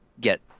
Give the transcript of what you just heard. get